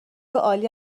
عالی